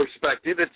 perspective